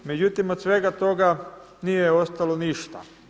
Međutim, od svega toga nije ostalo ništa.